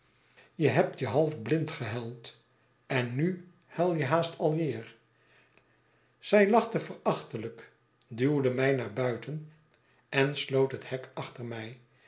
je hebt je half blind gehuild en nu huil je haast alweer zij lachte verachtelijk duwde mij naar buiten en sloot het hek achter mij